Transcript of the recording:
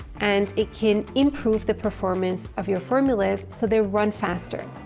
and it can improve the performance of your formulas so they run faster.